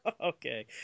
Okay